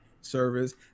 service